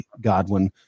Godwin